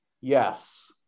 yes